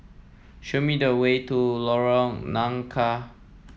show me the way to Lorong Nangka